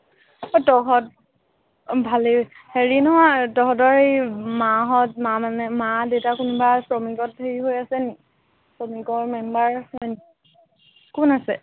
এই তহঁত অঁ ভালেই হেৰি নহয় তহঁতৰ এই মাঁহত মা মানে মা দেউতা কোনোবা শ্ৰমিকত হেৰি হৈ আছে নেকি শ্ৰমিকৰ মেম্বাৰ হয় নেকি কোন আছে